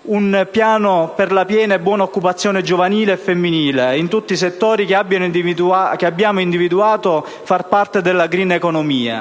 un piano per la piena e buona occupazione giovanile e femminile in tutti i settori che abbiamo individuato far parte della *green economy*: